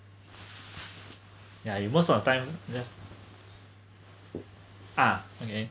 ya you most of the time there's ah okay